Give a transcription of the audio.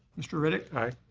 mr. riddick. aye.